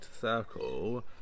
circle